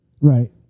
Right